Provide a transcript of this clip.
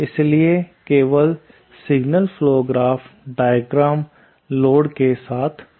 इसलिए केवल signal flow graph diagram load के साथ होगा